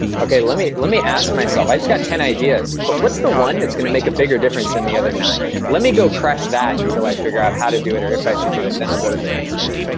ok, let me let me ask myself. i just got ten ideas. but what's the one that's going to make a bigger difference than the other nine? let me go crash that until i figure out how to do it or if i should do it, then i'll go to the next one.